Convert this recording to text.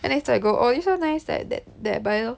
and next I will go oh this [one] nice that then I buy lor